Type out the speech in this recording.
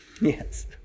Yes